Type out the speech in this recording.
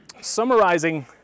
summarizing